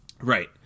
Right